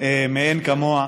מאין כמוה.